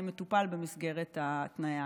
מטופל במסגרת תנאי ההכרה.